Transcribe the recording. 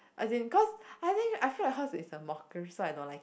as in cause I think I feel like hers is a so I don't like it